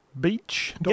Beach